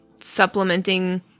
supplementing